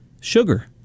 sugar